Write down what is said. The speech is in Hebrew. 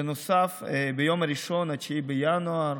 בנוסף, ביום ראשון, 9 בינואר,